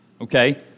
okay